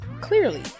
clearly